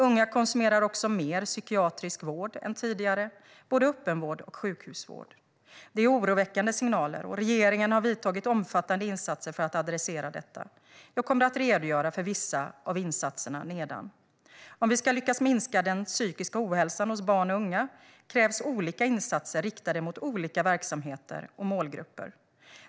Unga konsumerar också mer psykiatrisk vård än tidigare, både öppenvård och sjukhusvård. Detta är oroväckande signaler, och regeringen har vidtagit omfattande åtgärder för att adressera detta. Jag kommer att redogöra för vissa av insatserna nedan. Om vi ska lyckas minska den psykiska ohälsan hos barn och unga krävs olika insatser riktade mot olika verksamheter och målgrupper.